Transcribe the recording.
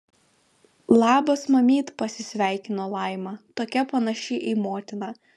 labas mamyt pasisveikino laima tokia panaši į motiną